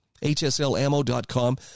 HSLAmmo.com